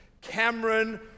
Cameron